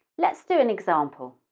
let's do an example.